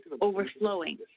overflowing